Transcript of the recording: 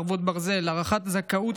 חרבות ברזל) (הארכת זכאות),